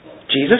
Jesus